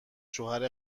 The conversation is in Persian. شوهر